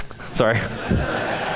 Sorry